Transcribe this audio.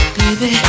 baby